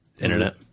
internet